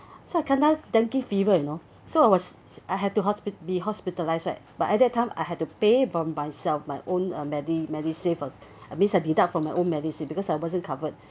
so I kena dengue fever you know so I was I had to hospi~be hospitalized right but at that time I had to pay by myself my own uh medi~ MediSave ah I mean I deduct from my own MediSave because I wasn't covered